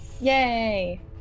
Yay